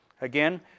Again